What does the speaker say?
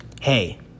Hey